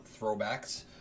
throwbacks